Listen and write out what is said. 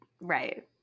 Right